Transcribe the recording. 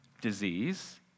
disease